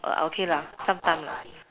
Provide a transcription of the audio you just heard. okay lah sometime lah